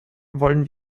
wollen